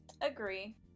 Agree